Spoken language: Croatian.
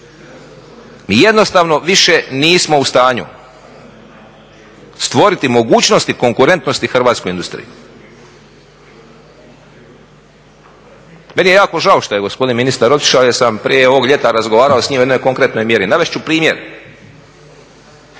Mi jednostavno više nismo u stanju stvoriti mogućnosti i konkurentnosti hrvatskoj industriji. Meni je jako žao što je gospodin ministar otišao jer sam prije ovog ljeta razgovarao s njim o jednoj konkretnoj mjeri. Navest ću primjer.